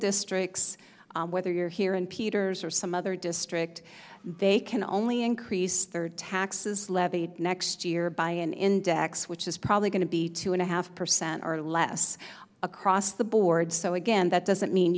districts whether you're here in peters or some other district they can only increase taxes levied next year by an index which is probably going to be two and a half percent or less across the board so again that doesn't mean